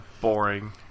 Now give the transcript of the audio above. boring